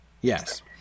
Yes